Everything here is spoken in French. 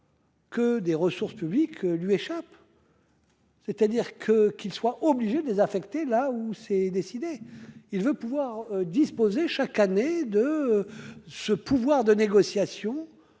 Que des ressources publiques lui échappe. C'est-à-dire que qu'il soit obligé. Là où c'est décidé. Il veut pouvoir disposer chaque année de. Ce pouvoir de négociation.